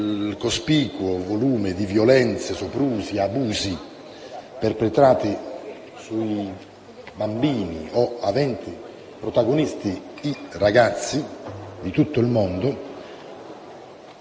del cospicuo numero di violenze, soprusi e abusi perpetrati sui bambini o aventi come protagonisti i ragazzi di tutto il mondo.